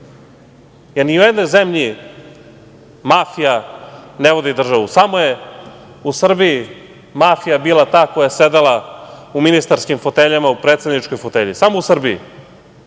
jer ni u jednoj zemlji mafija ne vodi državu, samo je u Srbiji mafija bila ta koja je sedela u ministarskim foteljama u predsedničkoj fotelji, samo u Srbiji. Samo